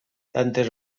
tantes